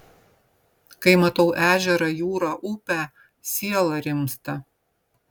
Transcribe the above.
kai matau ežerą jūrą upę siela rimsta